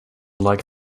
like